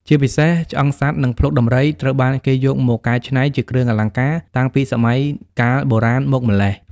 ជាពិសេស ឆ្អឹងសត្វ និងភ្លុកដំរី ត្រូវបានគេយកមកកែច្នៃជាគ្រឿងអលង្ការតាំងពីសម័យកាលបុរាណមកម្ល៉េះ។